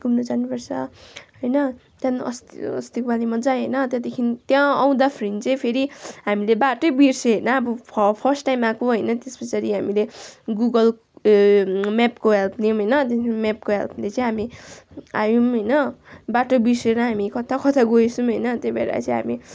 घुम्नु जानुपर्छ होइन त्यहाँदेखि अस्ति अस्तिको पालि मजा आयो होइन त्यहाँदेखि त्यहाँ आउँदाखेरि चाहिँ फेरि हामीले बाटै बिर्से होइन अब फर्स्ट टाइम आएको होइन त्यस पछाडि हामीले गुगल उयो म्यापको हेल्प लियौँ होइन त्यहाँदेखि म्यापको हेल्पले चाहिँ हामी आयौँ होइन बाटो बिर्सेर हामी कता कता गएछौँ होइन त्यही भएर चाहिँ हामी